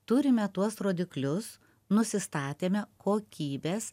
turime tuos rodiklius nusistatėme kokybės